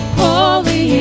holy